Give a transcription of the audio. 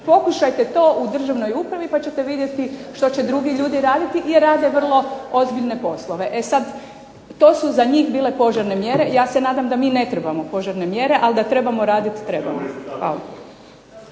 Pokušajte to u državnoj upravi pa ćete vidjeti što će drugi ljudi raditi jer rade vrlo ozbiljne poslove. E sad to su za njih bile požarne mjere, ja se nadam da mi ne trebamo požarne mjere, ali da trebamo raditi, trebamo.